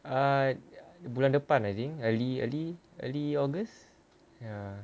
err bulan depan I think early early early august ya